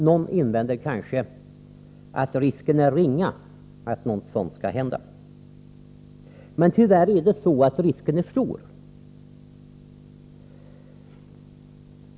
Någon invänder kanske att risken är ringa att något sådant skall hända. Men tyvärr är risken stor.